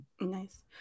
Nice